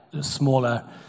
smaller